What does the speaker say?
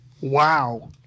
Wow